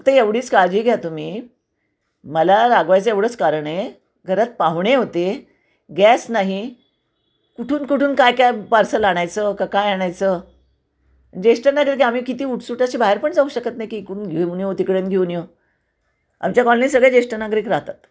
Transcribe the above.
फक्त एवढीच काळजी घ्या तुम्ही मला रागवायचं एवढंच कारण आहे घरात पाहुणे होते गॅस नाही कुठून कुठून काय काय पार्सल आणायचं का काय आणायचं जेष्ठ नागरीक आहे आम्ही किती उठसुट अशी बाहेर पण जाऊ शकत नाही की इकडून घेऊन येऊ तिकडून घेऊन येऊ आमच्या कॉलनीत सगळे जेष्ठ नागरीक राहतात